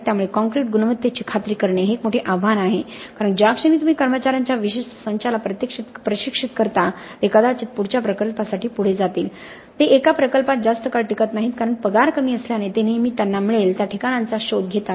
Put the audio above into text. त्यामुळे कॉंक्रिट गुणवत्तेची खात्री करणे हे एक मोठे आव्हान आहे कारण ज्या क्षणी तुम्ही कर्मचार्यांच्या विशिष्ट संचाला प्रशिक्षित करता ते कदाचित पुढच्या प्रकल्पासाठी पुढे जातील ते एका प्रकल्पात जास्त काळ टिकत नाहीत कारण पगार कमी असल्याने ते नेहमी त्यांना मिळेल त्या ठिकाणांचा शोध घेतात